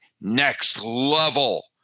next-level